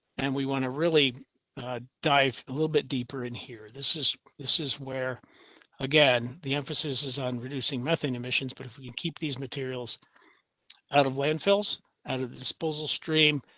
and we want to really dive a little bit deeper in here. this is, this is where again, the emphasis is on reducing method emissions, but if you keep these materials out of landfills and disposal, stream,